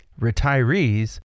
retirees